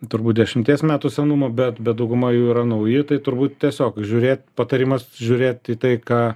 turbūt dešimties metų senumo bet bet dauguma jų yra nauji tai turbūt tiesiog žiūrėt patarimas žiūrėt į tai ką